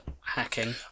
hacking